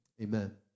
amen